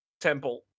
temple